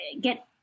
get